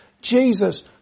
Jesus